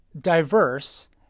diverse